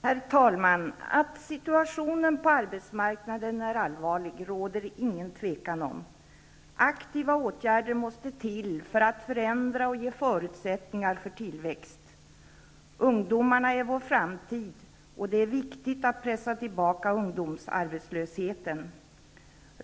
Herr talman! Att situationen på arbetsmarknaden är allvarlig råder det inget tvivel om. Aktiva åtgärder måste till för att förändra och ge förutsättningar för tillväxt. Ungdomarna är vår framtid, och det är viktigt att pressa tillbaka ungdomsarbetslösheten.